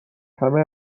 همه